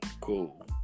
cool